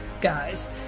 guys